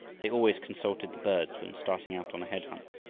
they always consulted the birds when starting out on a head-hunt,